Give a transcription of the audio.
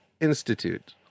Institute